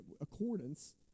accordance